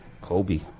Kobe